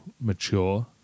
mature